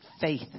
faith